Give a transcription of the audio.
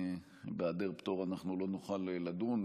בהיעדר פטור אנחנו לא נוכל לדון.